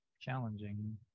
challenging